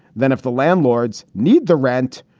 then if the landlords need the rent,